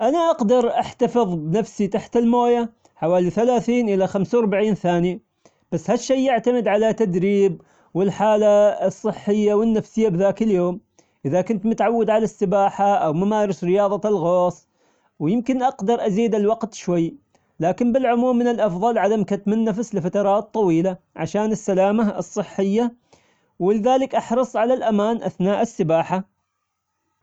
أنا أقدر أحتفظ بنفسي تحت المويه حوالي ثلاثين إلى خمسة وأربعين ثانية بس هالشي يعتمد على تدريب والحالة الصحية والنفسية بذاك اليوم، إذا كنت متعود على السباحة أو ممارس رياضة الغوص، ويمكن أقدر أزيد الوقت شوي، لكن بالعموم من الأفظل عدم كتم النفس لفترات طويلة عشان السلامة الصحية، ولذلك أحرص على الأمان أثناء السباحة.